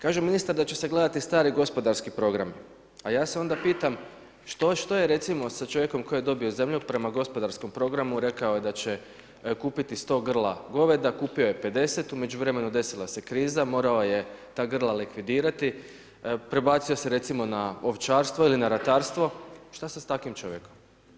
Kaže ministar da će se gledati stari gospodarski programi, a ja se onda pitam što je recimo sa čovjekom koji je dobio zemlji prema gospodarskom programu i rekao da će kupiti sto grla goveda, kupio je pedeset u međuvremenu desila se kriza, morao je ta grla likvidirati, prebacio se recimo na ovčarstvo ili na ratarstvo, šta sa sada sa takvim čovjekom?